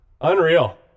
Unreal